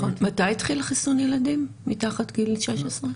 מתי התחיל חיסון ילדים מתחת גיל 16?